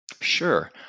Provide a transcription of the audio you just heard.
Sure